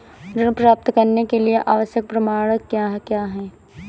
ऋण प्राप्त करने के लिए आवश्यक प्रमाण क्या क्या हैं?